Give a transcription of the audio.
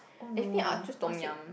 oh no oh sick